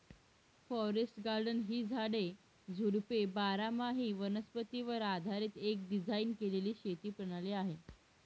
forest garden ही झाडे, झुडपे बारामाही वनस्पतीवर आधारीत एक डिझाइन केलेली शेती प्रणाली आहे